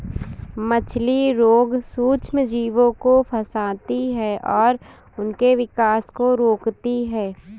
मछली रोग सूक्ष्मजीवों को फंसाती है और उनके विकास को रोकती है